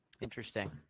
interesting